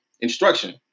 instruction